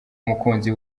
umukunzi